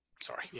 sorry